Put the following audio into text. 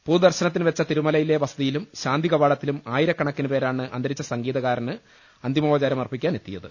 പൊതുദർശനത്തിനുവെച്ച തിരുമലയിലെ വസതിയിലും ശാന്തികവാടത്തിലും ആയിരക്കണക്കിന് പേരാണ് അന്തരിച്ച സംഗീതകാരന് അന്തിമോപചാരമർപ്പി ക്കാനെത്തിയത്